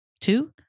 Two